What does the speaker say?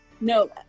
no